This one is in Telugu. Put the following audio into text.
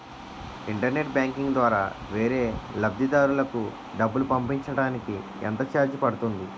ఇంటర్నెట్ బ్యాంకింగ్ ద్వారా వేరే లబ్ధిదారులకు డబ్బులు పంపించటానికి ఎంత ఛార్జ్ పడుతుంది?